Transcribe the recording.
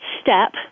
step